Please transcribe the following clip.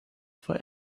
for